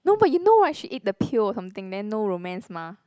no but you know what she eat the pill or something then no romance mah